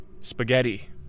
spaghetti